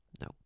No